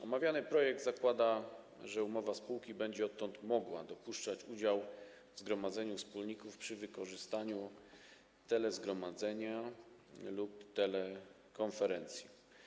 Omawiany projekt zakłada, że umowa spółki będzie odtąd mogła dopuszczać udział w zgromadzeniu wspólników przy wykorzystaniu telezgromadzenia lub telekonferencji.